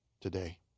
today